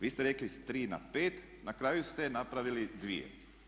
Vi ste rekli sa 3 na 5, na kraju ste napravili dvije.